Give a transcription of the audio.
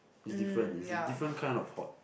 it's different it's a different kind of hot